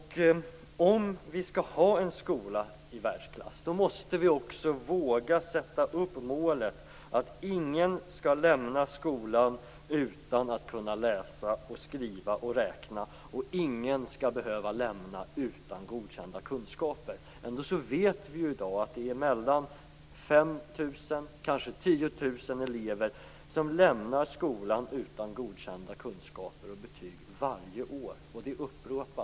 Om vi skall ha en skola i världsklass måste vi också våga sätta upp målet att ingen skall lämna skolan utan att kunna läsa, skriva och räkna och att ingen skall behöva lämna skolan utan godkända kunskaper. Ändå vet vi i dag att det är mellan 5 000 och 10 000 elever som lämnar skolan utan godkända kunskaper och betyg varje år.